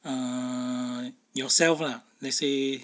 err yourself lah let's say